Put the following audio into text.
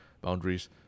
boundaries